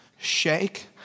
shake